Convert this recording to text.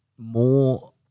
more